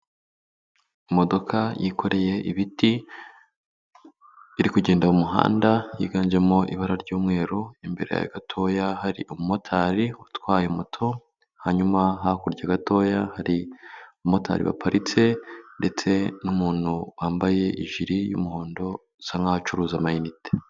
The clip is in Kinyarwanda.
Imodoka yikoreye ibiti, iri kugenda mu muhanda, yiganjemo ibara ry'umweru, imbere ya gatoya, hari umumotari utwaye moto, hanyuma hakurya gatoya, hari umotari waparitse, ndetse n'umuntu wambaye ijiri y'umuhondo usa nkaho acuruza amayinite.